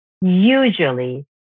usually